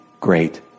great